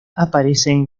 aparecen